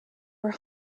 were